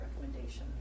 recommendation